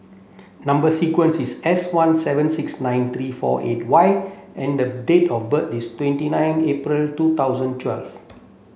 number sequence is S one seven six nine three four eight Y and the date of birth is twenty nine April two thousand twelve